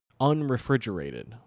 unrefrigerated